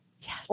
Yes